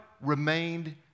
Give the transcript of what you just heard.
remained